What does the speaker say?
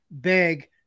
big